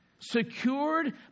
Secured